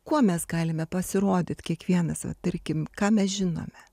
kuo mes galime pasirodyt kiekvienas va tarkim ką mes žinome